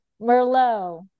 Merlot